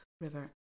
river